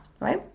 right